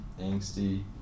Angsty